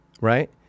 right